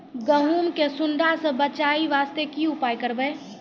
गहूम के सुंडा से बचाई वास्ते की उपाय करबै?